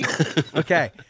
Okay